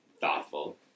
thoughtful